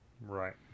right